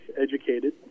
educated